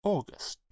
August